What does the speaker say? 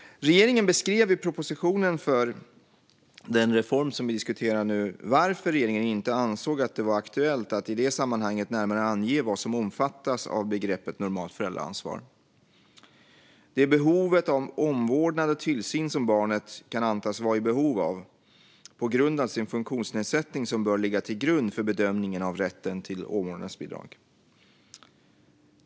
Regeringen beskrev i propositionen för den reform vi nu diskuterar varför regeringen inte ansåg att det var aktuellt att i det sammanhanget närmare ange vad som omfattas av begreppet normalt föräldraansvar. Det är den omvårdnad och tillsyn som barnet kan antas vara i behov av på grund av sin funktionsnedsättning som bör ligga till grund för bedömningen av rätten till omvårdnadsbidrag.